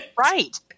Right